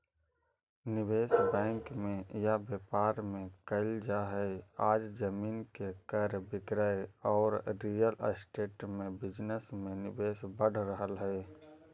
निवेश बैंक में या व्यापार में कईल जा हई आज जमीन के क्रय विक्रय औउर रियल एस्टेट बिजनेस में निवेश बढ़ रहल हई